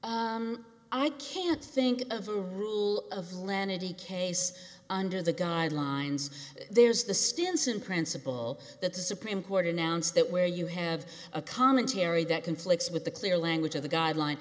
i can't think of a rule of lenity case under the guidelines there's the stinson principle that the supreme court announced that where you have a commentary that conflicts with the clear language of the guideline